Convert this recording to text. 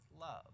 love